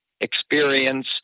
experience